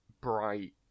bright